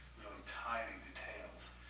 tiny details.